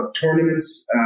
tournaments